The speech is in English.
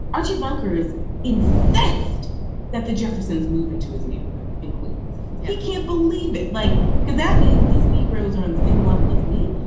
archie bunker's incensed that the jeffersons move into his neighborhood and he can't believe it. like because that means these negroes are on the same level as me.